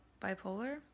bipolar